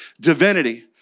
divinity